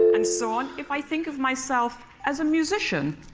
and so on, if i think of myself as a musician